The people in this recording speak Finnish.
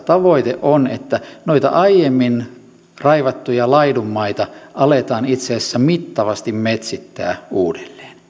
tavoite on että noita aiemmin raivattuja laidunmaita aletaan itse asiassa mittavasti metsittää